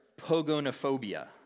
pogonophobia